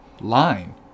line